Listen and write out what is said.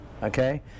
okay